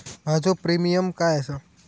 माझो प्रीमियम काय आसा?